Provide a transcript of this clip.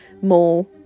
more